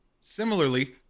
Similarly